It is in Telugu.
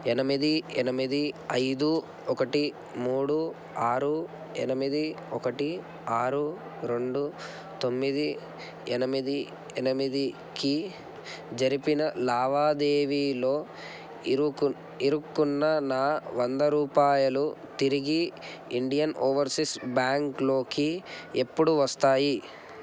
ఎనిమిది ఎనిమిది ఐదు ఒకటి మూడు ఆరు ఎనిమిది ఒకటి ఆరు రెండు తొమ్మిది ఎనిమిది ఎనిమిదికి జరిపిన లావాదేవీలో ఇరుకు ఇరుక్కున్న నా వంద రూపాయలు తిరిగి ఇండియన్ ఓవర్సీస్ బ్యాంక్లోకి ఎప్పుడు వస్తాయి